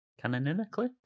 canonically